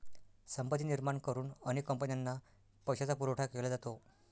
संपत्ती निर्माण करून अनेक कंपन्यांना पैशाचा पुरवठा केला जातो